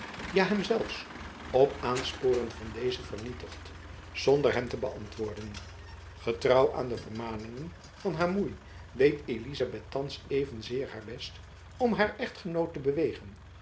ja hem zelfs op aansporen van deze vernietigd zonder hem te beantwoorden getrouw aan de vermaningen van haar moei deed elizabeth thands evenzeer haar best om haar echtgenoot te bewegen